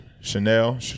Chanel